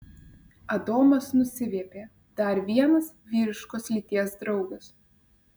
adomas nusiviepė dar vienas vyriškos lyties draugas